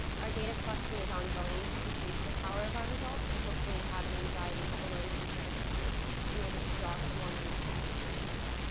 our data collection is ongoing to increase the power of our results and hopefully have an anxiety alone comparison group in order to draw some more meaningful conclusions.